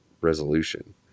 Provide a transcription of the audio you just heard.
resolution